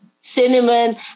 cinnamon